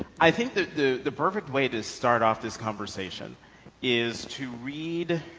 i think that the the perfect way to start off this conversation is to read